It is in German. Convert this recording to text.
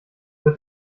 wird